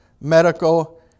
medical